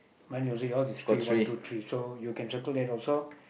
mine also yours is free one two three so you can settle it also